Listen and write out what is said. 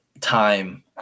time